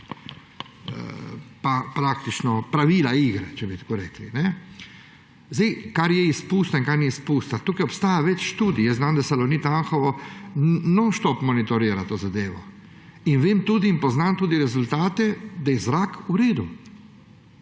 pravila igre, če bi tako rekli. Kar je izpusta in kar ni izpusta, tu obstaja več študij. Vem, da Salonit Anhovo nonstop monitorira to zadevo. Poznam tudi rezultate, da je zrak v redu